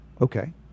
Okay